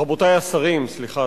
רבותי השרים, סליחה.